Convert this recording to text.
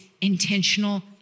intentional